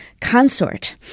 consort